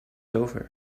over